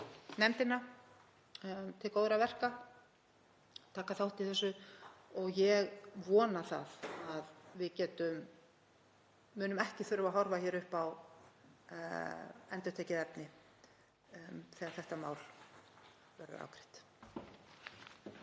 nefndina til góðra verka, taka þátt í þessu og ég vona að við munum ekki þurfa að horfa upp á endurtekið efni þegar þetta mál verður afgreitt.